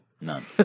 None